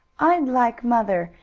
i'd like mother,